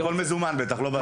ובטח הכול מזומן, לא באשראי.